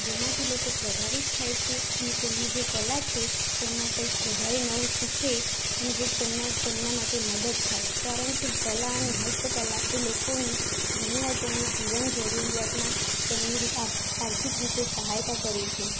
જેનાથી લોકો પ્રભાવિત થાય છે અને તેમની જે કલા છે તેમાં કંઇક વધારે નવું શીખે અને જે તેમના તેમના માટે મદદરુપ થાય કારણ કે કલા અને હસ્તકલા એ લોકોને ઘણીવાર તેમનું જીવન જરુરિયાતમાં તેમની રી આ આર્થિક રીતે સહાયતા કરે છે